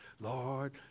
Lord